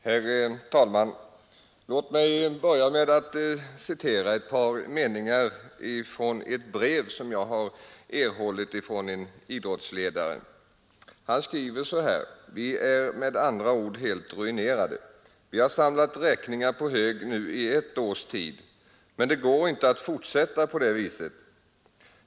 Herr talman! Låt mig börja med att citera ett par meningar från ett brev som jag erhållit från en idrottsledare. Han skriver: ”Vi är med andra ord helt ruinerade. Vi har samlat räkningar på hög nu i ett års tid, men det går inte att fortsätta på det viset.